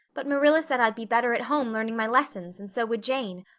but marilla said i'd be better at home learning my lessons and so would jane.